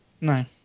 No